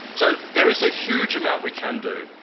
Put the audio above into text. so there is a huge amount we can do,